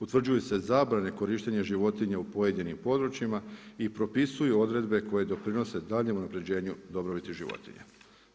Utvrđuju se zabrane korištenja životinja u pojedinim područjima i propisuju odredbe koje doprinose danjem unapređenju dobrobiti životinja.